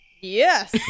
Yes